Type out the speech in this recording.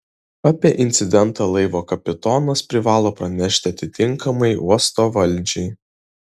apie incidentą laivo kapitonas privalo pranešti atitinkamai uosto valdžiai